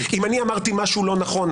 כי אם אני אמרתי משהו לא נכון,